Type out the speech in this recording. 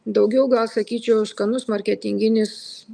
daugiau gal sakyčiau skanus marketinginis